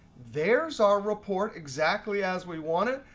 there's our report exactly as we want it,